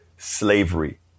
Slavery